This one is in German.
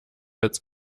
als